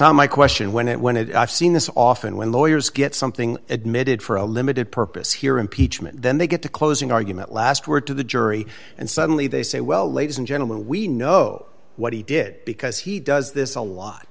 how my question when it when it i've seen this often when lawyers get something admitted for a limited purpose here impeachment then they get to closing argument last word to the jury and suddenly they say well ladies and gentlemen we know what he did because he does this a lot